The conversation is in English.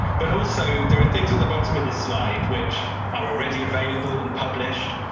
but also there are things at the bottom of this slide which are already available and published,